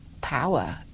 power